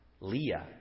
leah